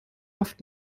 oft